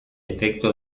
efecto